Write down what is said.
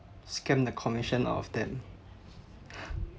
scam the commission out of them